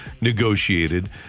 negotiated